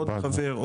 עוד חבר,